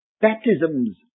baptisms